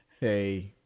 Hey